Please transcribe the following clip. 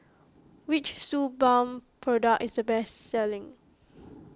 which Suu Balm product is the best selling